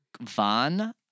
Van